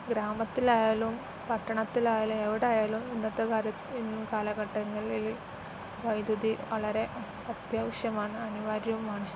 ഗ്രാമത്തിലായാലും പട്ടണത്തിലായാലും എവിടെയായാലും ഇന്നത്തെ കാലത്ത് ഈ കാലഘട്ടങ്ങളില് വൈദ്യുതി വളരെ അത്യാവശ്യമാണ് അനിവാര്യവുമാണ്